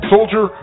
Soldier